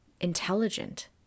intelligent